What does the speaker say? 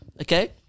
okay